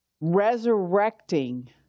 resurrecting